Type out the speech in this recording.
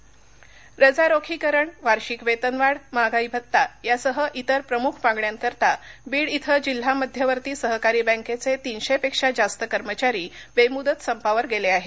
संप रजारोखीकरण वार्षिक वेतनवाढ महागाई भत्ता यासह तिर प्रमुख मागण्यांकरता बीड क्रिं जिल्हा मध्यवर्ती सहकारी बँकेये तीनशे पेक्षा जास्त कर्मचारी बेमुदत संपावर गेले आहेत